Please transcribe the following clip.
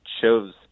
shows